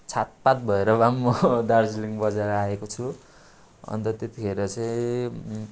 छातपात भएर भए पनि म दार्जिलिङ बजार आएको छु अन्त त्यतिखेर चाहिँ